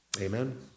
Amen